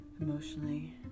Emotionally